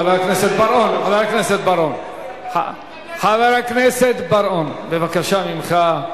חבר הכנסת בר-און, בבקשה ממך.